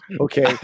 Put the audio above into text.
okay